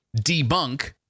debunk